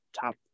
top